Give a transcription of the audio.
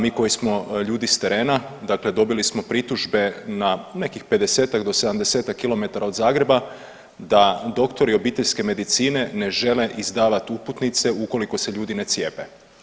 Mi koji smo ljudi s terena dakle dobili smo pritužbe na nekih 50-tak do 70-tak km od Zagreba da doktori obiteljske medicine ne žele izdavati uputnice ukoliko se ljudi ne cijepe.